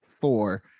four